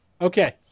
Okay